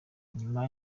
nyuma